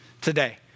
today